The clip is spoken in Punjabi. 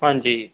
ਹਾਂਜੀ